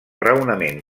raonament